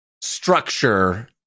structure